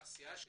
בעשייה הזאת?